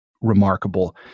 remarkable